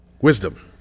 Wisdom